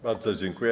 Bardzo dziękuję.